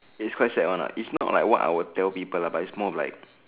it is quite sad ah lah it's not what I will tell people lah but it's more like